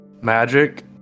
magic